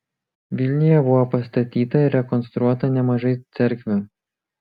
vilniuje buvo pastatyta ir rekonstruota nemažai cerkvių